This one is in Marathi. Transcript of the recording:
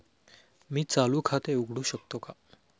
मी चालू खाते उघडू शकतो का?